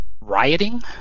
rioting